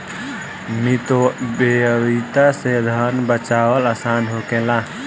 मितव्ययिता से धन बाचावल आसान होखेला